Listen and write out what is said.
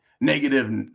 negative